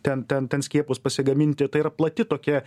ten ten ten skiepus pasigaminti tai yra plati tokia